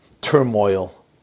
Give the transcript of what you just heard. turmoil